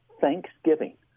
thanksgiving